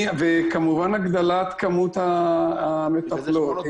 וכמובן, הגדלת כמות המטפלות.